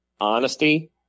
honesty